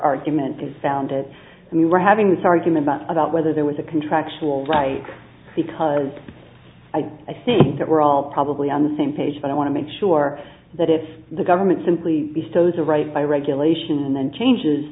argument is founded and we were having this argument about whether there was a contractual right because i think that we're all probably on the same page but i want to make sure that if the government simply bestows a right by regulation then changes